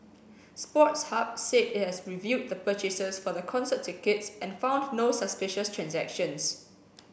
sports Hub said it has reviewed the purchases for the concert tickets and found no suspicious transactions